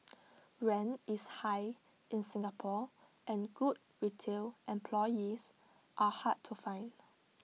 rent is high in Singapore and good retail employees are hard to find